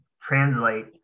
translate